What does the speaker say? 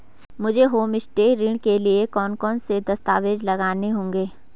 मुझे होमस्टे ऋण के लिए कौन कौनसे दस्तावेज़ लगाने होंगे?